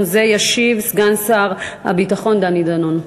זה ישיב סגן שר הביטחון דני דנון.